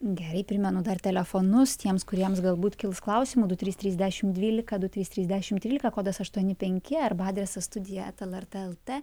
gerai primenu dar telefonus tiems kuriems galbūt kils klausimų du trys trys dešim dvylika du trys trys dešim trylika kodas aštuoni penki arba adresas studija eta lrt lt